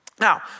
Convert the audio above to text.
Now